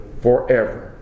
forever